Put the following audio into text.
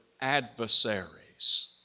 adversaries